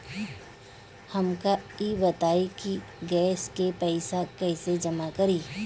हमका ई बताई कि गैस के पइसा कईसे जमा करी?